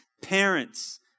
parents